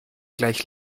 gleich